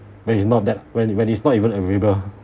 when it's not that when it when it's not even available